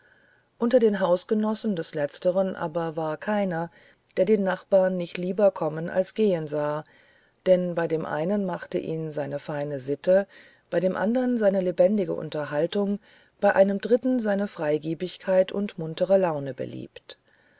unter den hausgenossen des letztern aber war keiner der den nachbar nicht lieber kommen als gehen sah denn bei dem einen machte ihn seine feine sitte bei dem andern seine lebendige unterhaltung bei einem dritten seine freigebigkeit und muntere laune beliebt